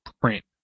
print